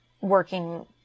working